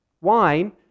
Wine